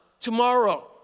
tomorrow